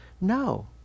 no